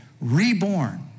reborn